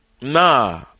Nah